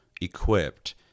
equipped